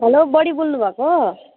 hello buddy बोल्नु भएको हो